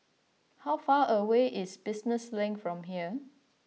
how far away is Business Link from here